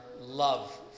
love